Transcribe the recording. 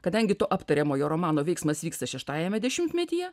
kadangi to aptariamojo romano veiksmas vyksta šeštajame dešimtmetyje